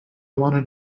want